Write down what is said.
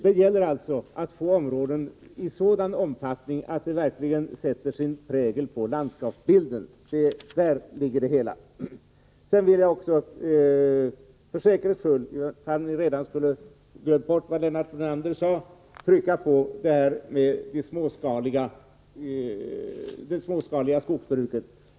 Det gäller alltså att få områden i sådan omfattning att de verkligen sätter sin prägel på landskapsbilden. Jag vill också för säkerhets skull — ifall ni redan skulle ha glömt bort vad Lennart Brunander sade — trycka på detta med det småskaliga skogsbruket.